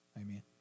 amen